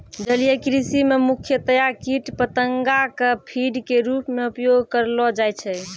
जलीय कृषि मॅ मुख्यतया कीट पतंगा कॅ फीड के रूप मॅ उपयोग करलो जाय छै